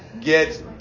get